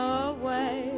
away